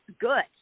good